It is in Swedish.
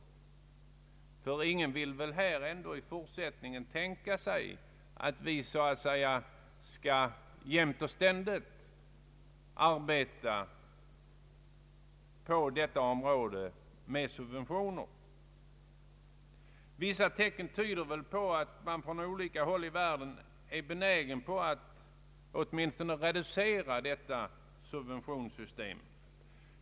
Säkerligen vill ingen i fortsättningen tänka sig att vi skall jämt och ständigt arbeta med subventioner på detta område. Vissa tecken tyder på att man i olika länder är benägen att åtminstone reducera subventionssystemet.